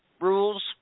rules